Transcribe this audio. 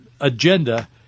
agenda